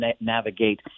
navigate